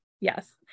yes